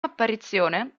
apparizione